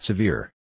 Severe